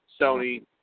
Sony